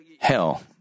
hell